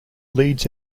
leads